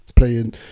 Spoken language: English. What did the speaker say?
Playing